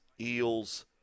Eels